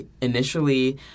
initially